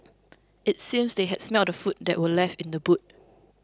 it seemed that they had smelt the food that were left in the boot